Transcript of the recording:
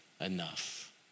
enough